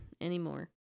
anymore